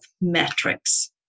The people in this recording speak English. metrics